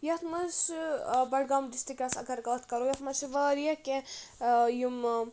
یَتھ منٛز چھِ بَڈگام ڈِسٹِرٛکَس اگر کَتھ کَرو یَتھ منٛز چھِ واریاہ کینٛہہ یِم